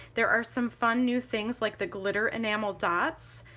there are some fun new things like the glitter enamel dots,